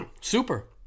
Super